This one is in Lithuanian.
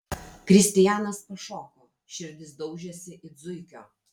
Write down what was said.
kristijanas pašoko širdis daužėsi it zuikio